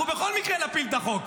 אנחנו בכל מקרה נפיל את החוק.